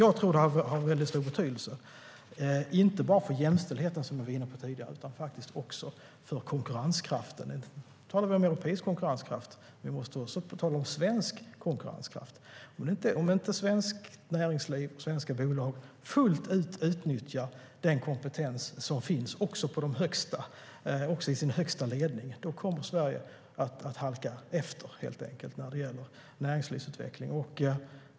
Jag tror att detta har en väldigt stor betydelse, inte bara för jämställdheten, som vi var inne på tidigare, utan faktiskt också för konkurrenskraften. Nu talar vi om europeisk konkurrenskraft. Vi måste också tala om svensk konkurrenskraft. Om svenskt näringsliv och svenska bolag inte utnyttjar den kompetens som finns fullt ut även i sin högsta ledning kommer Sverige helt enkelt att halka efter när det gäller näringslivsutveckling.